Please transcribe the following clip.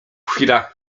chwilach